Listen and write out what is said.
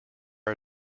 are